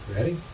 Ready